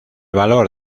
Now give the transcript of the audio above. valor